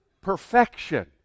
perfection